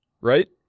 right